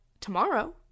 tomorrow